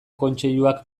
kontseiluak